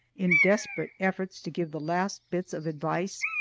in desperate efforts to give the last bits of advice,